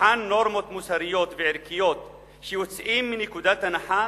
במבחן של נורמות מוסריות וערכיות שיוצאות מנקודת הנחה